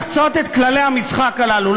לא ייתכן לחצות את כללי המשחק הללו.